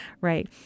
Right